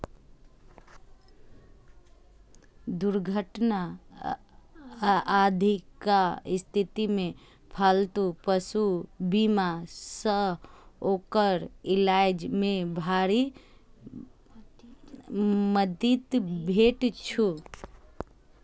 दुर्घटना आदिक स्थिति मे पालतू पशु बीमा सं ओकर इलाज मे भारी मदति भेटै छै